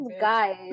guys